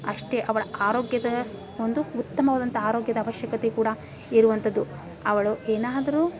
ಅಷ್ಟೇ ಅವಳ ಆರೋಗ್ಯದ ಒಂದು ಉತ್ತಮವಾದಂಥ ಆರೋಗ್ಯದ ಅವಶ್ಯಕತೆ ಕೂಡ ಇರುವಂಥದ್ದು ಅವಳು ಏನಾದರೂ